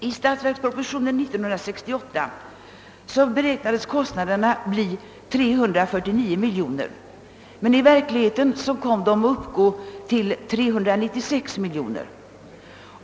I statsverkspropositionen 1968 beräknades kostnaderna totalt till 349 miljoner kronor men blev i verklikheten 396 miljoner.